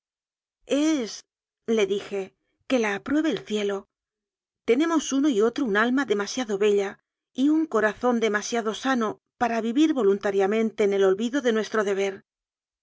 le faltaba algo esle dijeque la apruebe el cielo tenemos uno y otro un alma demasiado bella y un corazón demasiado sano para vivir voluntariamente en el olvido de nues tro deber